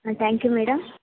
ಹಾಂ thank you madam